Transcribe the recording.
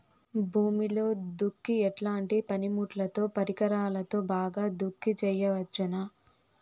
భూమిలో దుక్కి ఎట్లాంటి పనిముట్లుతో, పరికరాలతో బాగా దుక్కి చేయవచ్చున?